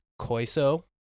Koiso